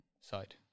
side